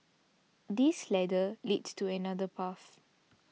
this ladder leads to another path